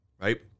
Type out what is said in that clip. Right